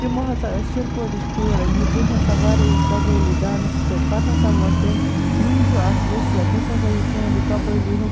تِمو ہسا ٲسۍ شِرپورِچ کوٗر أنمٕژ ییٚمۍ ہسا واریاہ یِم قبٲیلی ڈانٕس کٔرۍ پتہٕ ہسا وون تٔمۍ میٲنۍ چھو اَکھ ؤسِیَت یُس ہسا یہِ سون یہِ قبٲیلی